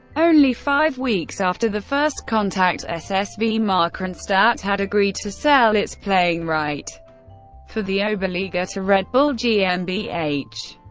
only five weeks after the first contact, ssv markranstadt had agreed to sell its playing right for the oberliga to red bull gmbh.